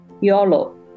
YOLO